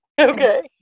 Okay